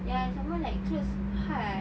ya some more like clothes hard